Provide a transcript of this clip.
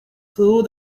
through